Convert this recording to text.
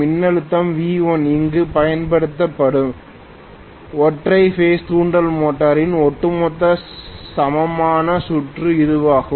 மின்னழுத்தம் V1 இங்கு பயன்படுத்தப்படும் ஒற்றை பேஸ் தூண்டல் மோட்டரின் ஒட்டுமொத்த சமமான சுற்று இதுவாகும்